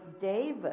David